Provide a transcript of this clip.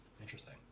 Interesting